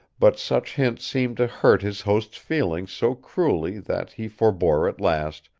but such hints seemed to hurt his hosts' feelings so cruelly that he forbore at last,